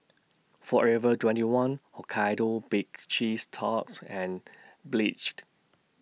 Forever twenty one Hokkaido Baked Cheese Tart and Pledge